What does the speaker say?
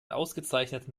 ausgezeichneten